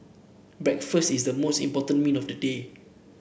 breakfast is the most important meal of the day